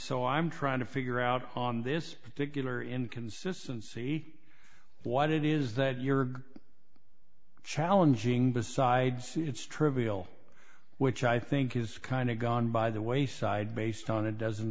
so i'm trying to figure out on this particular inconsistency what it is that you're challenging besides it's trivial which i think is kind of gone by the wayside based on it doesn't